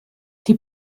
die